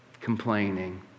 Complaining